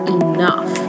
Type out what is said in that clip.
enough